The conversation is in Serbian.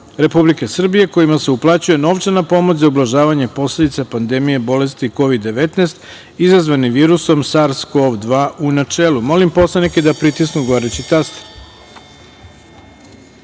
Republike Srbije kojima se uplaćuje novčana pomoć za ublažavanje posledice pandemije bolesti Kovid – 19 izazvane virusom SARS-CoV-2, u načelu. Molim poslanike da pritisnu odgovarajući